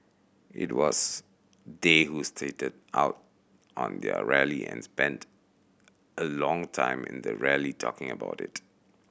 it was they who started out on their rally and spent a long time in the rally talking about it